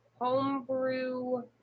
Homebrew